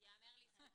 ייאמר לזכותם